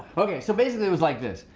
okay, so basically it was like this,